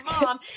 mom